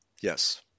Yes